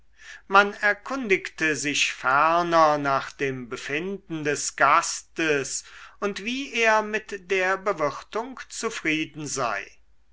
man erkundigte sich ferner nach dem befinden des gastes und wie er mit der bewirtung zufrieden sei